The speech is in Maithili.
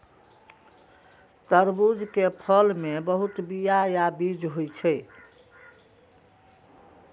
तरबूज के फल मे बहुत बीया या बीज होइ छै